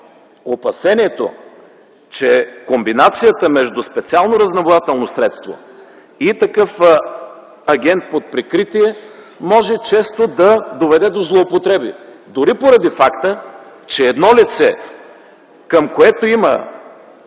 опасението, че комбинацията между специално разузнавателно средство и такъв агент под прикритие може често да доведе до злоупотреби, дори поради факта, че едно лице, към което има